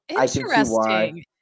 Interesting